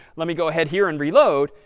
let me go ahead here and reload.